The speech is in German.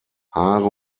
haare